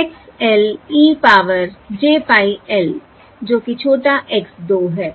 X l e power j pie l जो कि छोटा x 2 है